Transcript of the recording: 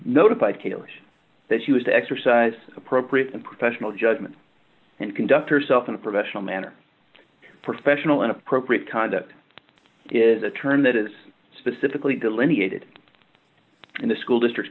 scalars that she was to exercise appropriate and professional judgment and conduct herself in a professional manner professional inappropriate conduct is a term that is specifically delineated in the school district